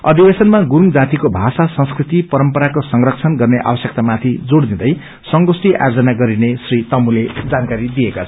अधिवेशनमा गुरूङ जातिको भाषा संस्कृति परमपराको संरक्षण गर्ने आवश्यकता माथि जोड़ दिँदै संगोष्ठी आयोजन गरिने श्री तमुले जानकारी दिएका छन्